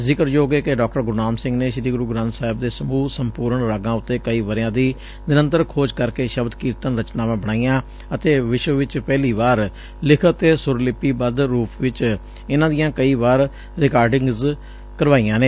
ਜਿਕਰਯੋਗ ਏ ਕਿ ਡਾ ਗੁਰਨਾਮ ਸਿੰਘ ਨੇ ਸ੍ਰੀ ਗੁਰੂ ਗੁੰਬ ਸਾਹਿਬ ਦੇ ਸਮੁਹ ਸੰਪੁਰਣ ਰਾਗਾਂ ਉਤੇ ਕਈ ਵਰ੍੍ਿਆਂ ਦੀ ਨਿਰੰਤਰ ਖੋਜ ਕਰਕੇ ਸ਼ਬਦ ਕੀਰਤਨ ਰਚਨਾਵਾਂ ਬਣਾਈਆਂ ਅਤੇ ਵਿਸ਼ਵ ਵਿਚ ਪਹਿਲੀ ਵਾਰ ਲਿਖਤ ਂਤੇ ਸੁਰਲਿਪੀ ਬੱਧ ਰੁਪ ਵਿੱਚ ਇਨ੍ਹਾਂ ਦੀਆਂ ਕਈ ਵਾਰ ਰਿਕਾਰਿਡੰਗਜ਼ ਕਰਵਾਈਆਂ ਨੇ